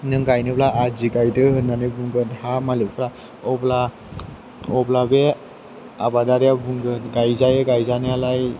नों गायनोब्ला आदि गायदो होननानै बुंगोन हा मालिकफोरा अब्ला बे आबादारिया बुंगोन गायजायो गायजानायालाय